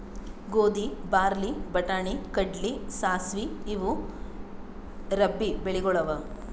ಗೋಧಿ, ಬಾರ್ಲಿ, ಬಟಾಣಿ, ಕಡ್ಲಿ, ಸಾಸ್ವಿ ಇವು ರಬ್ಬೀ ಬೆಳಿಗೊಳ್ ಅವಾ